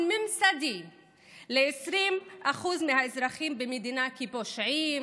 ממסדי ל-20% מהאזרחים במדינה כפושעים,